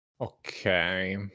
okay